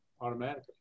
Automatically